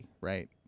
right